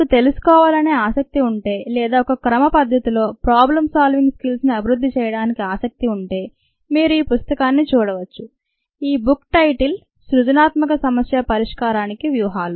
మీరు తెలుసుకోవాలనే ఆసక్తి ఉంటే లేదా ఒక క్రమపద్ధతిలో "ప్రాబ్లం సాల్వింగ్" "స్కిల్ ని" అభివృద్ధి చేయడానికి ఆసక్తి ఉంటే మీరు ఈ పుస్తకాన్ని చూడవచ్చు ఈ "బుక్ టైటిల్" సృజనాత్మక సమస్య పరిష్కారానికి వ్యూహాలు